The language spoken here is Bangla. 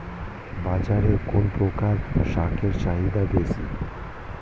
বাজারে কোন প্রকার শাকের চাহিদা বেশী?